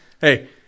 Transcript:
Hey